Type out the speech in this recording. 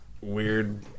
weird